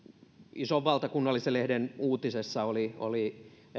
ison valtakunnallisen lehden uutisessa oli oli